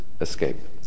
Escape